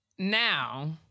Now